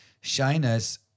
shyness